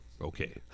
Okay